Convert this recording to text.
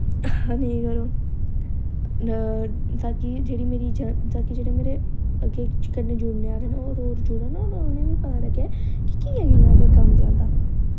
नेईं करो तां ता कि ता कि जेह्ड़े मेरे कन्नै अग्गें जुड़ने आह्ले न होर होर जुड़न होर उ'नें बी पता लग्गै कि कि'यां कि'यां अग्गें कम्म चलदा